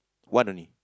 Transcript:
one only